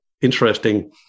interesting